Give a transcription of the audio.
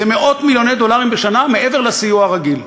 זה מאות-מיליוני דולרים בשנה מעבר לסיוע הרגיל.